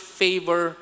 favor